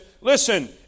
listen